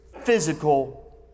physical